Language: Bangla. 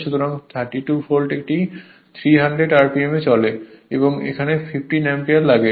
সুতরাং 32 ভোল্টে এটি 300 rpm এ চলে এবং 15 অ্যাম্পিয়ার লাগে